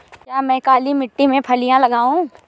क्या मैं काली मिट्टी में फलियां लगाऊँ?